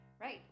Right